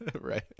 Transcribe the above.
Right